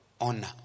Honor